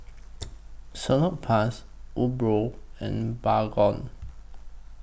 Salonpas Umbro and Baygon